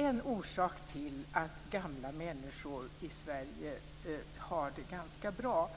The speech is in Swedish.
En orsak till att gamla människor i Sverige har det ganska bra